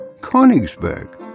Konigsberg